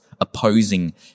opposing